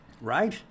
Right